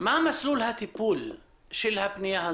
מה מסלול הטיפול של הפניה?